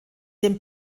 dem